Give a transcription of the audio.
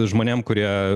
žmonėm kurie